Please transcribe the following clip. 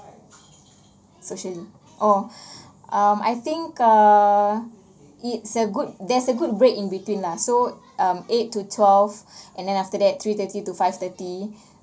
social oh um I think err it's a good there's a good break in between lah so um eight to twelve and then after that three thirty to five thirty